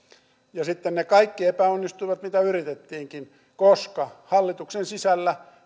ja sitten ne kaikki epäonnistuivat mitä yritettiinkin koska hallituksen sisällä